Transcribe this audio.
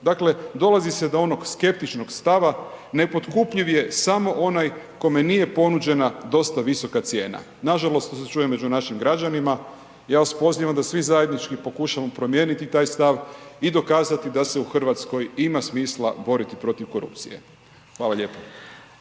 Dakle, dolazi se do onog skeptičnog stava, nepotkupljiv je samo onaj kome nije ponuđena dosta visoka cijena. Nažalost,…/Govornik se ne razumije./… čujem među našim građanima, ja vas pozivam da vi zajednički pokušavamo promijeniti taj stav i dokazati da se u Hrvatskoj ima smisla boriti protiv korupcije. Hvala lijepo.